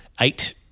Eight